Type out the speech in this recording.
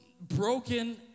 broken